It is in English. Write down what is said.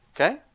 Okay